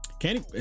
Candy